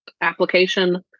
application